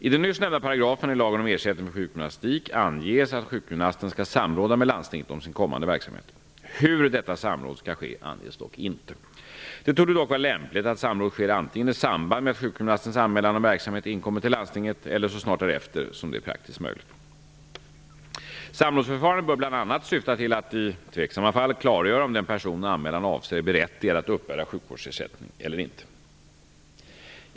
I den nyss nämnda paragrafen i lagen om ersättning för sjukgymnastik anges att sjukgymnasten skall samråda med landstinget om sin kommande verksamhet. Hur detta samråd skall ske anges dock inte. Det torde dock vara lämpligt att samråd sker antingen i samband med att sjukgymnastens anmälan om verksamhet inkommit till landstinget eller så snart därefter som det är praktiskt möjligt. Samrådsförfarandet bör bl.a. syfta till att -- i tveksamma fall -- klargöra om den person anmälan avser är berättigad att uppbära sjukvårdsersättning eller inte.